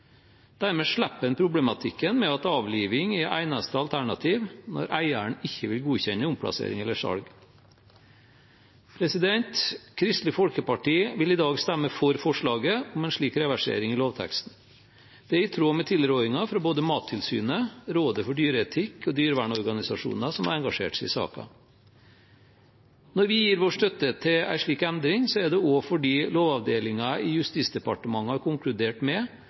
Dermed slipper en problematikken med at avliving er eneste alternativ når eieren ikke vil godkjenne omplassering eller salg. Kristelig Folkeparti vil i dag stemme for forslaget om en slik reversering i lovteksten. Det er i tråd med tilrådingen fra både Mattilsynet, Rådet for dyreetikk og dyrevernorganisasjoner som har engasjert seg i saken. Når vi gir vår støtte til en slik endring, er det også fordi lovavdelingen i Justisdepartementet har konkludert med